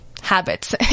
habits